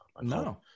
No